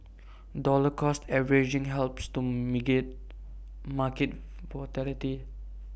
dollar cost averaging helps to mitigate market